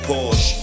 Porsche